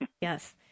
Yes